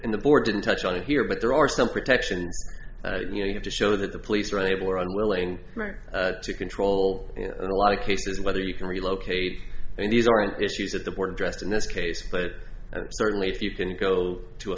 in the board didn't touch on it here but there are some protection you have to show that the police are unable or unwilling to control a lot of cases whether you can relocate and these aren't issues that the board addressed in this case but certainly if you can go to a